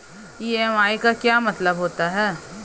EMI का क्या मतलब होता है?